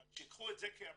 אבל שיקחו את זה כאמביציה.